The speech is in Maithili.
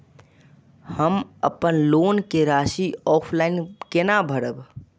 हम अपन लोन के राशि ऑफलाइन केना भरब?